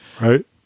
right